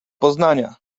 poznania